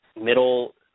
middle